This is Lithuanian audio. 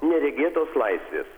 neregėtos laisvės